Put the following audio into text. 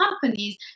companies